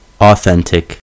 Authentic